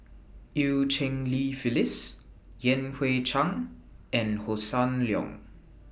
EU Cheng Li Phyllis Yan Hui Chang and Hossan Leong